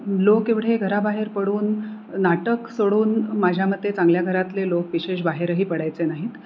लोक एवढे घराबाहेर पडून नाटक सोडून माझ्या मते चांगल्या घरातले लोक विशेष बाहेरही पडायचे नाहीत